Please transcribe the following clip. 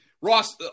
Ross